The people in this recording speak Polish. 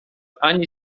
ani